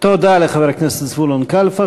תודה לחבר הכנסת זבולון קלפה.